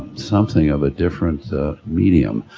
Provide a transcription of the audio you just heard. something of a different medium.